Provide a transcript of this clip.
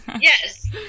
Yes